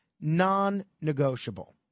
non-negotiable